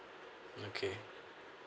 okay